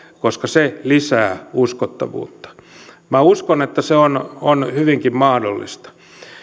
koska se lisää uskottavuutta uskon että se on on hyvinkin mahdollista